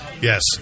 Yes